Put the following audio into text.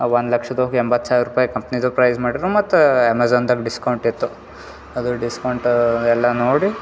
ಆ ಒಂದು ಲಕ್ಷದಾಗ್ ಎಂಬತ್ತು ಸಾವಿರ ರುಪಾಯಿ ಕಂಪ್ನಿದು ಪ್ರೈಸ್ ಮಾಡಿರು ಮತ್ತು ಅಮೆಝನ್ದಾಗ ಡಿಸ್ಕೌಂಟ್ ಇತ್ತು ಅದು ಡಿಸ್ಕೌಂಟ್ ಎಲ್ಲ ನೋಡಿ